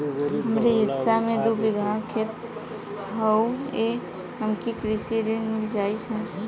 हमरे हिस्सा मे दू बिगहा खेत हउए त हमके कृषि ऋण मिल जाई साहब?